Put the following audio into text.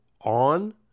on